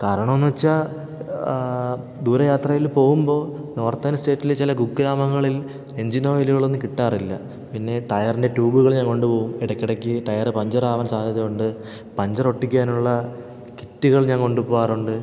കാരണമെന്ന് വച്ചാൽ ദൂരെ യാത്രയിൽ പോകുമ്പോൾ നോർത്തൻ സ്റ്റേറ്റിലെ ചില കുഗ്രാമങ്ങളിൽ എഞ്ചിനോയിലുകളൊന്നും കിട്ടാറില്ല പിന്നെ ടയറിൻ്റെ ട്യൂബുകൾ ഞാൻ കൊണ്ടുപോകും ഇടയ്ക്കിടയ്ക്ക് ടയറ് പഞ്ചറാവാൻ സാധ്യതയുണ്ട് പഞ്ചറൊട്ടിക്കുവാനുള്ള കിറ്റുകൾ ഞാൻ കൊണ്ടുപോകാറുണ്ട്